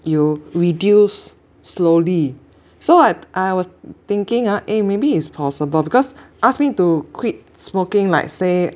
you reduce slowly so I I was thinking ah eh maybe is possible because ask me to quit smoking like say